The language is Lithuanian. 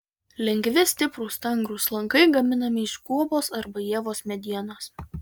lengvi stiprūs stangrūs lankai gaminami iš guobos arba ievos medienos